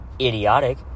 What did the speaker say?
Idiotic